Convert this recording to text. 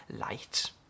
light